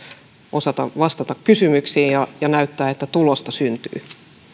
osata vastata kysymyksiin ja ja näyttää että tulosta syntyy